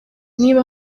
niba